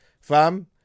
Fam